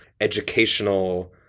educational